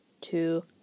two